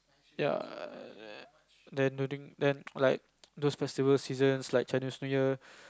ya then then like those festival seasons like Chinese New Year